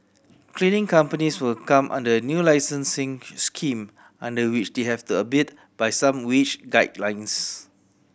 cleaning companies will come under a new licensing scheme under which they have the abide by some wage guidelines